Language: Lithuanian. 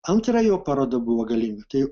antra jo paroda buvo galerijos tai